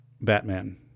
Batman